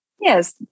yes